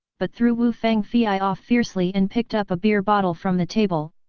but threw wu fangfei off fiercely and picked up a beer bottle from the table,